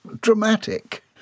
dramatic